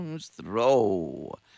Throw